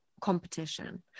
competition